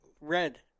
red